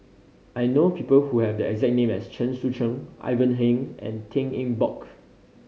I know people who have the exact name as Chen Sucheng Ivan Heng and Tan Eng Bock